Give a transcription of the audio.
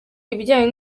ibijyanye